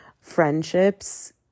Friendships